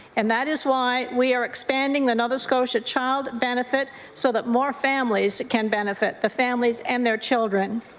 and that is why we are expanding the nova scotia child benefit so that more families can benefit, the families and their children.